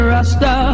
Rasta